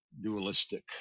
dualistic